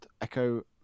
Echo